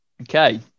Okay